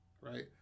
right